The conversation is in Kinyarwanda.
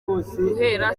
guhera